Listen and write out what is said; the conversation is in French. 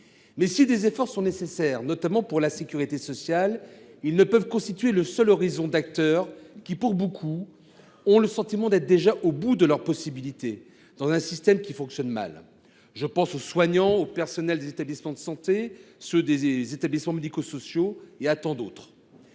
Mais, si des efforts sont nécessaires, pour ce qui est de la sécurité sociale notamment, ils ne sauraient constituer le seul horizon d’acteurs qui, pour beaucoup, ont le sentiment d’être déjà au bout de leurs possibilités, dans un système qui fonctionne mal. Je pense aux soignants, aux personnels des établissements de santé, à ceux des établissements médico sociaux, et à tant d’autres.